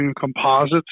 composites